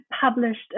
published